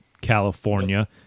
California